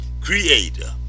creator